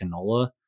canola